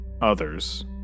Others